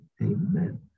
amen